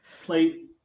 play